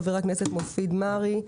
חבר הכנסת מופיד מרעי,